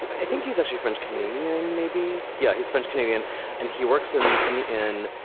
i think he's actually french. canadian, maybe. yeah, he's french canadian and he works in in the inn.